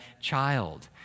child